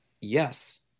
Yes